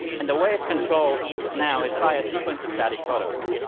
and the way it's controlled now is by a sequence of static photos.